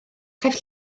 caiff